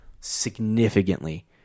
Significantly